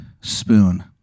spoon